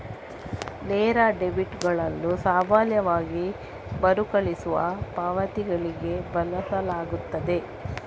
ನೇರ ಡೆಬಿಟುಗಳನ್ನು ಸಾಮಾನ್ಯವಾಗಿ ಮರುಕಳಿಸುವ ಪಾವತಿಗಳಿಗೆ ಬಳಸಲಾಗುತ್ತದೆ